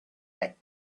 that